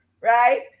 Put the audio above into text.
right